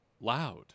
loud